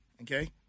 Okay